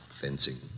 fencing